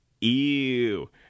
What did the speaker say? Ew